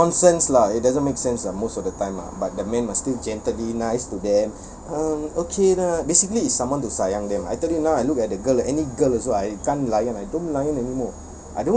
nonsense lah it doesn't make sense ah most of the time ah but the man must still gently nice to them uh okay lah basically is someone to sayang them I tell you now I look at the girl any girl also I can't layan I don't layan anymore